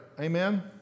amen